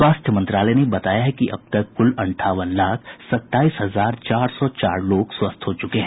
स्वास्थ्य मंत्रालय ने बताया है कि अब तक कुल अंठावन लाख सताईस हजार सात सौ चार लोग स्वस्थ हो चुके हैं